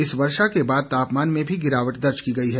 इस वर्षा के बाद तापमान में भी गिरावट दर्ज की गई है